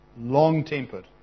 long-tempered